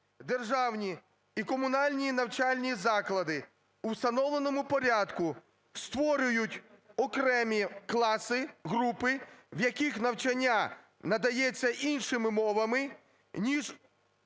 "Державні і комунальні навчальні заклади у встановленому порядку створюють окремі класи, групи, в яких навчання надається іншими мовами, ніж....